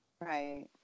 Right